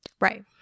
Right